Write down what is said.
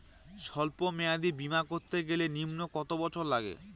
সল্প মেয়াদী বীমা করতে গেলে নিম্ন কত বছর লাগে?